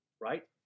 right